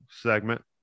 segment